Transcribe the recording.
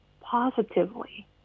positively